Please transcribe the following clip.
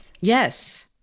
Yes